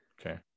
okay